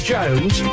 Jones